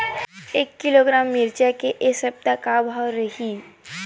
एक किलोग्राम मिरचा के ए सप्ता का भाव रहि?